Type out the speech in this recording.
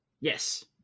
Yes